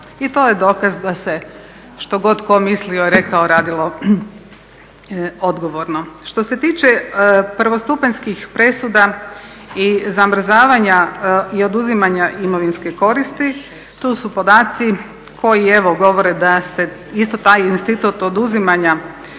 i to je dokaz da se što god tko mislio, rekao radilo odgovorno. Što se tiče prvostupanjskih presuda i zamrzavanja i oduzimanja imovinske koristi tu su podaci koji evo govore da se isto taj institut oduzimanja